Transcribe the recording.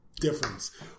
difference